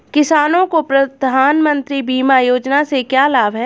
किसानों को प्रधानमंत्री बीमा योजना से क्या लाभ होगा?